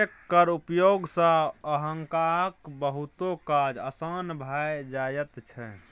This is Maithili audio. चेक केर उपयोग सँ अहाँक बहुतो काज आसान भए जाइत छै